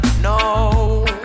no